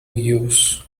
use